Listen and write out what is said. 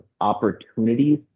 opportunities